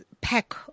pack